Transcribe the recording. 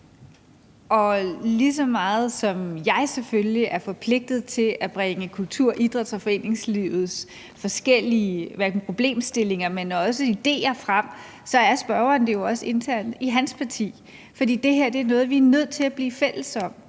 Lige så meget som jeg selvfølgelig er forpligtet til at bringe kultur-, idræts- og foreningslivets forskellige ikke kun problemstillinger, men også idéer frem, så er spørgeren det jo også internt i sit parti, fordi det her er noget, vi er nødt til at være fælles om.